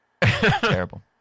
Terrible